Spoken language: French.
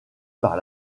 par